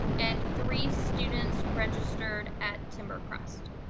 and three students registered at timber crest.